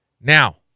Now